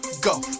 go